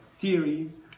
theories